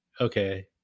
okay